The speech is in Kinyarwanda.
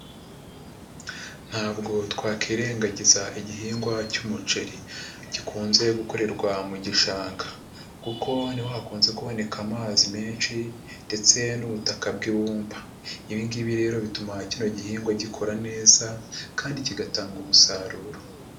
Ntabwo twakirengagiza igihingwa cy'umuceri gikunze gukorerwa mu gishanga kuko ni ho hakunze kuboneka amazi menshi ndetse n'ubutaka bw'ibumba. Ibi ngibi rero bituma kino gihingwa gikura neza kandi kigatanga umusaruro.